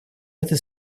этой